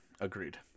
Agreed